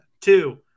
two